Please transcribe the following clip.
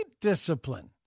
discipline